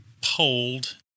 polled